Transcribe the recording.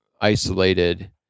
isolated